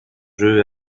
jeu